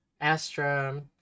Astra